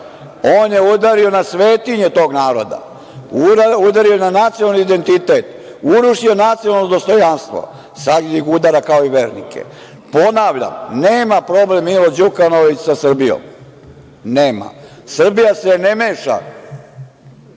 On je udario na svetinje tog naroda, udario je na nacionalni identitet, urušio nacionalno dostojanstvo. Sad ih udara kao i vernike. Ponavljam, nema problem Milo Đukanović sa Srbijom, nema. Srbija se ne meša